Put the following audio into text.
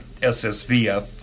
SSVF